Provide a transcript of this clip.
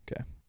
Okay